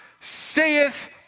saith